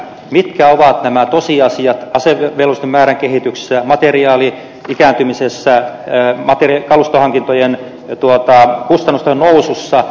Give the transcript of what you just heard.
mitkä ovat tosiasiat asevelvollisten määrän kehityksessä materiaali ikääntymisessä kalustohankintojen kustannusten nousussa